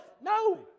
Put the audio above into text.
No